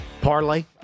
Parlay